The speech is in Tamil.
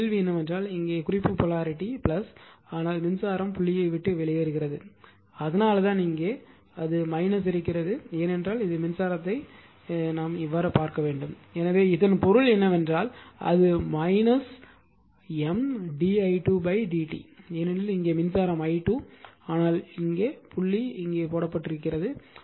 ஆனால் கேள்வி என்னவென்றால் இங்கே குறிப்பு போலாரிட்டி இங்கே ஆனால் மின்சாரம் புள்ளியை விட்டு வெளியேறுகிறது அதனால்தான் இங்கே அது இருக்கிறது ஏனென்றால் இங்கே மின்சாரத்தைப் பார்க்க வேண்டும் எனவே இதன் பொருள் என்னவென்றால் அது M di2 by dt ஏனெனில் இங்கே மின்சாரம் i2 ஆனால் இங்கே புள்ளி என்றால் இங்கே போடப்படுகிறது